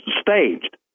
staged